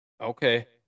Okay